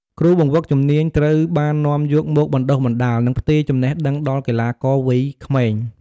គ្រូបង្វឹកជំនាញត្រូវបាននាំយកមកបណ្តុះបណ្តាល និងផ្ទេរចំណេះដឹងដល់កីឡាករវ័យក្មេង។